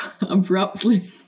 abruptly